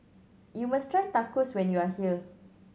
you must try Tacos when you are here